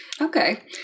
Okay